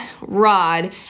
rod